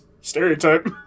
Stereotype